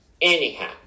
Anyhow